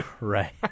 Right